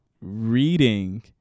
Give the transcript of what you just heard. reading